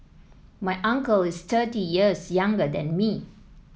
my uncle is thirty years younger than me